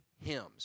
hymns